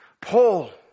Paul